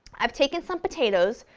i've taken some potatoes,